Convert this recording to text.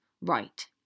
Right